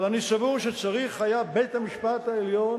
אבל אני סבור שצריך היה בית-המשפט העליון